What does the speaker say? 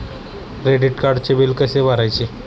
Credit कार्डचे bill कसे भरायचे?